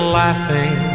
laughing